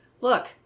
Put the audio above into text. look